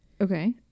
Okay